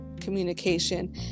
communication